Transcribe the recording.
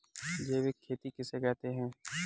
जैविक खेती किसे कहते हैं?